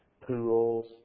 pools